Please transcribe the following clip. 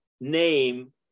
name